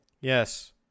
Yes